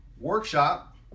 workshop